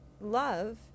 love